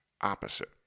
opposite